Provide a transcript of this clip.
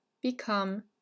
become